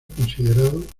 considerado